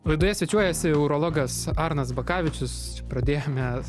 laidoje svečiuojasi urologas arnas bakavičius pradėjome